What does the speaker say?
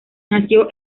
nació